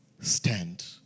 stand